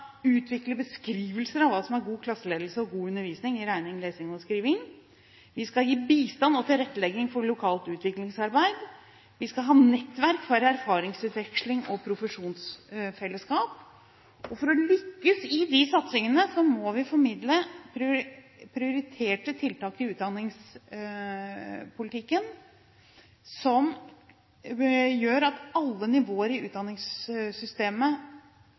utvikle beskrivelser av hva som er god klasseledelse og god undervisning i regning, lesing og skriving. Vi skal gi bistand og tilrettelegging for lokalt utviklingsarbeid. Vi skal ha nettverk for erfaringsutveksling og profesjonsfellesskap. For å lykkes i disse satsingene må vi formidle prioriterte tiltak i utdanningspolitikken, slik at alle nivåer i utdanningssystemet